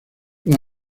los